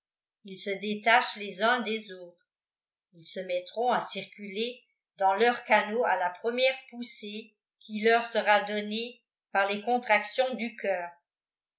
ils se détachent les uns des autres ils se mettront à circuler dans leurs canaux à la première poussée qui leur sera donnée par les contractions du coeur